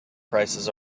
prices